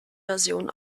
version